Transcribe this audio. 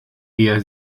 eher